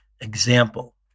Example